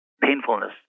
painfulness